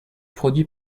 produit